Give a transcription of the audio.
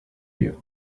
you